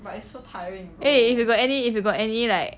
eh if you got any if you got any like